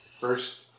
first